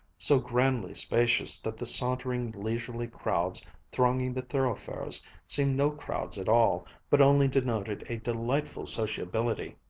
so grandly spacious that the sauntering, leisurely crowds thronging the thoroughfares seemed no crowds at all, but only denoted a delightful sociability.